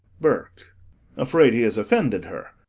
burke afraid he has offended her